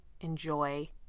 enjoy